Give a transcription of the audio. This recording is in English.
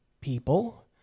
people